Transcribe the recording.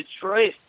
Detroit